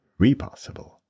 Repossible